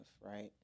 right